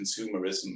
consumerism